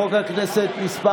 חוק הכנסת (תיקון מס'